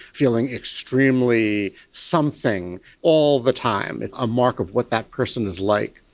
feeling extremely something all the time, a mark of what that person is like.